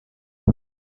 بده